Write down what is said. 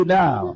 now